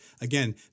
Again